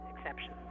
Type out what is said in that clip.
exceptions